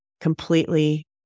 completely